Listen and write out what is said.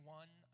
one